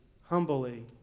humbly